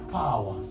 power